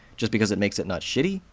just because it makes it not shitty?